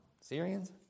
Syrians